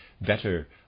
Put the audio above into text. better